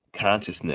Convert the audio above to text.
consciousness